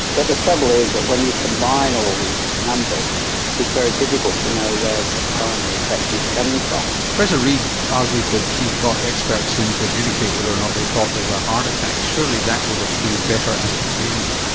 but the trouble is when you combine all these numbers it's very difficult to know where the primary effect is coming from. professor reid argued that he got experts in to adjudicate whether or not they thought they were heart attacks, surely that would have been a better ascertainment?